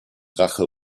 rache